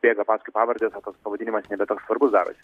bėga paskui pavardes o tas pavadinimas nebe toks svarbus darosi